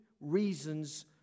reasons